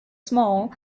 small